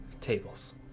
Tables